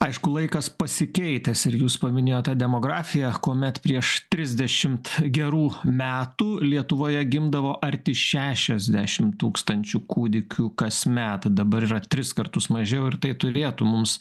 aišku laikas pasikeitęs ir jūs paminėjote demografiją kuomet prieš trisdešimt gerų metų lietuvoje gimdavo arti šešiasdešimt tūkstančių kūdikių kasmet dabar yra tris kartus mažiau ir tai turėtų mums